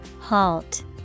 Halt